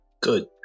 Good